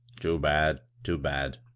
too bad, too bad